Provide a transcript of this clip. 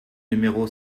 numéro